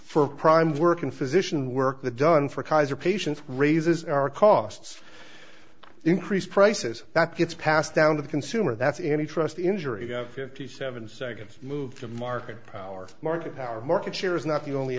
prime working physician work that done for kaiser patients raises our costs increase prices that gets passed down to the consumer that's any trust injury of fifty seven seconds move to market power market power market share is not the only